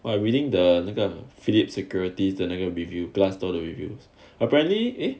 !wah! I'm reading the 那个 phillip securities 的那个 review glassdoor reviews apparently